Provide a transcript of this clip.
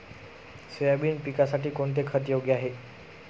Soybean पिकासाठी कोणते खत योग्य आहे?